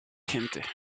gente